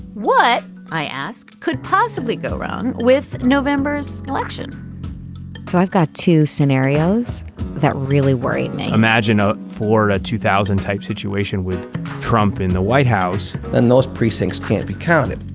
what i ask could possibly go wrong with november's election so i've got two scenarios that really worry me imagine ah for a two thousand type situation with trump in the white house and those precincts can't be counted.